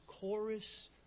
chorus